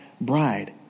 bride